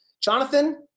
Jonathan